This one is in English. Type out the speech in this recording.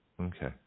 Okay